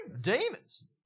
demons